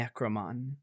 necromon